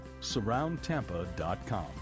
SurroundTampa.com